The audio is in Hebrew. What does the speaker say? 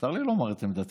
מותר לי לומר את עמדתי.